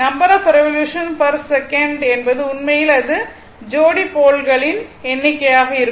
number of revolution per second என்பது உண்மையில் அது ஜோடி போல் களின் எண்ணிக்கையாக இருக்கும்